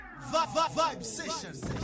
Vibesession